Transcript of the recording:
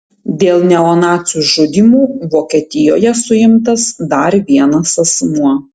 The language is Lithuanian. dėl neonacių žudymų vokietijoje suimtas dar vienas asmuo